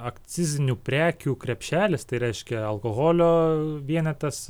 akcizinių prekių krepšelis tai reiškia alkoholio vienetas